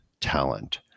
talent